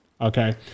Okay